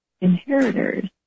inheritors